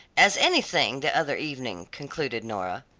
as anything the other evening, concluded nora.